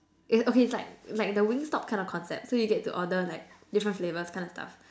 it okay it's like like the Wingstop kinda concept so you get to order like different flavours kinda stuff